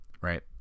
right